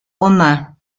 romain